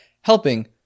helping